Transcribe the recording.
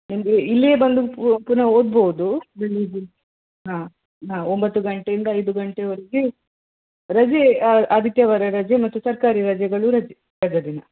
ನಿಮಗೆ ಇಲ್ಲಿಯೆ ಬಂದು ಪುನಃ ಓದ್ಬೋದು ಬೆಳಗ್ಗೆ ಹಾಂ ಹಾಂ ಒಂಬತ್ತು ಗಂಟೆಯಿಂದ ಐದು ಗಂಟೆವರೆಗೆ ರಜೆ ಆದಿತ್ಯವಾರ ರಜೆ ಮತ್ತು ಸರ್ಕಾರಿ ರಜೆಗಳು ರಜೆ ರಜ ದಿನ